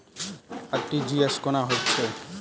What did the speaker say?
RTGS कोना होइत छै?